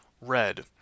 red